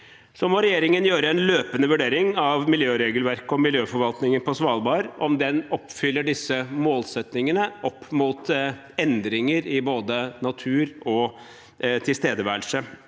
Regjeringen må gjøre en løpende vurdering av miljøregelverket og miljøforvaltningen på Svalbard og om den oppfyller disse målsettingene opp mot endringer i både natur og tilstedeværelse.